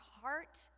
heart